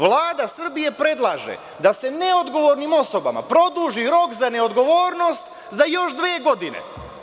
Vlada Srbije predlaže da se neodgovornim osobama produži rok za neodgovornost za još dve godine.